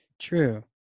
True